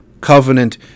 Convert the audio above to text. covenant